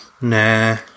Nah